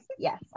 yes